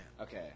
Okay